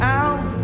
out